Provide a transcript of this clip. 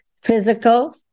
physical